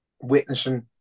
witnessing